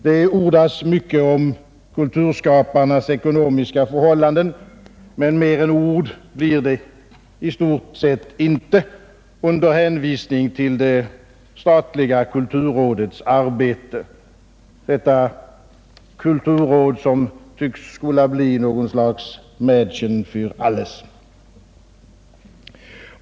Det ordas mycket om kulturskaparnas ekonomiska förhållanden, men mer än ord blir det i stort sett inte, under hänvisning till det statliga kulturrådets arbete, detta kulturråd som tycks skola bli något slags Mädchen fir alles.